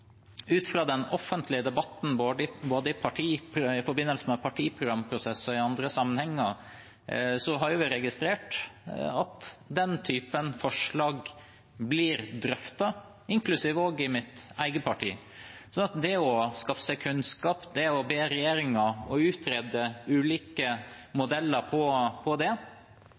Ut fra den offentlige debatten, i forbindelse med partiprogramprosesser og i andre sammenhenger har jeg registrert at den typen forslag blir drøftet, inklusiv i mitt eget parti. Det å skaffe seg kunnskap, det å be regjeringen utrede ulike modeller for det, er noe Stortinget burde kunne slutte seg til. Så vil Stortinget få anledning til, på et senere tidspunkt, på